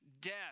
death